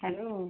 hello